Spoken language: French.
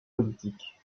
politiques